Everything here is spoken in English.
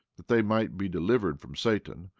that they might be delivered from satan,